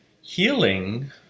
Healing